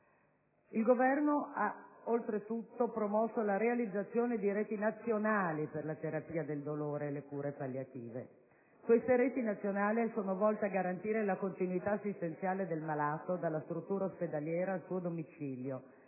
Il Governo ha oltretutto promosso la realizzazione di reti nazionali per la terapia del dolore e le cure palliative. Queste reti nazionali sono volte a garantire la continuità assistenziale del malato dalla struttura ospedaliera al suo domicilio,